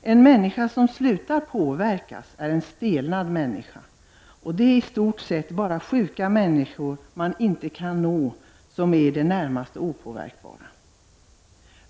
En människa som slutar påverkas är en stelnad människa, och det är i stort sett bara sjuka människor man inte kan nå och som är i det närmaste opåverkbara.